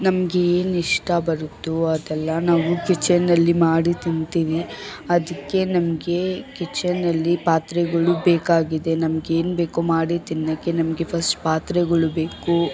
ನಮಗೇನಿಷ್ಟ ಬರುತ್ತೋ ಅದೆಲ್ಲ ನಾವು ಕಿಚನ್ನಲ್ಲಿ ಮಾಡಿ ತಿಂತೀವಿ ಅದಕ್ಕೆ ನಮಗೆ ಕಿಚನಲ್ಲಿ ಪಾತ್ರೆಗಳು ಬೇಕಾಗಿದೆ ನಮಗೇನ್ಬೇಕು ಮಾಡಿ ತಿನ್ನೊಕ್ಕೆ ನಮಗೆ ಫಸ್ಟ್ ಪಾತ್ರೆಗಳು ಬೇಕು